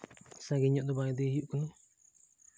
ᱥᱟᱺᱜᱤᱧ ᱧᱚᱜ ᱫᱚ ᱵᱟᱭ ᱤᱫᱤ ᱦᱩᱭᱩᱜ ᱠᱟᱱᱟ